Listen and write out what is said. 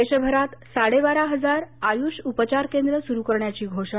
देशभरात साडेबारा हजार आय्रष उपचारकेंद्र सुरू करण्याची घोषणा